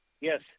Yes